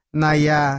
naya